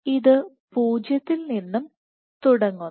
അത് പൂജ്യത്തിൽ നിന്നും തുടങ്ങുന്നു